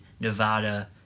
Nevada